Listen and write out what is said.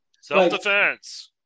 self-defense